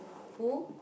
who